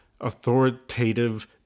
authoritative